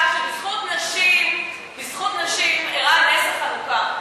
חבל ששר במדינת ישראל בוחר לענות בכזאת צורה.